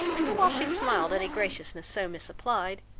but while she smiled at a graciousness so misapplied,